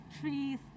trees